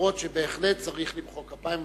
אף-על-פי שבהחלט צריך למחוא כפיים,